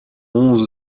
onze